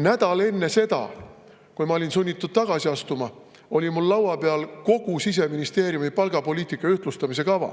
Nädal enne seda, kui ma olin sunnitud tagasi astuma, oli mul laua peal kogu Siseministeeriumi palgapoliitika ühtlustamise kava.